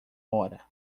hora